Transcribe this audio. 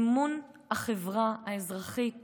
אמון החברה האזרחית